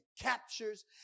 captures